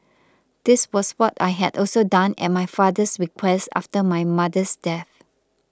this was what I had also done at my father's request after my mother's death